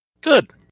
Good